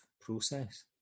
process